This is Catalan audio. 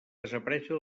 desaparèixer